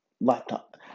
laptop